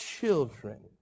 children